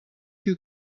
you